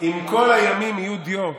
אם כל הימים יהיו דיו,